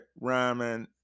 rhyming